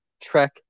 trek